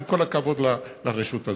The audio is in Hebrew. עם כל הכבוד לרשות הזאת.